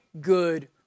good